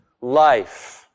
life